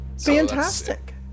Fantastic